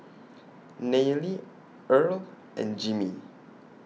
Nayeli Earle and Jimmy